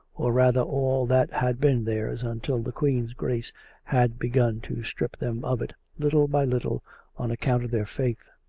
or rather all that had been theirs until the queen's grace had begun to strip them of it little by little on account of their faith.